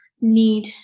need